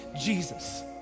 Jesus